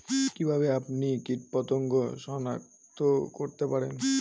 কিভাবে আপনি কীটপতঙ্গ সনাক্ত করতে পারেন?